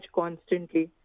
constantly